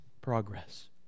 progress